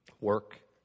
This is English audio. Work